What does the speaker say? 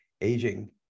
aging